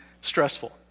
stressful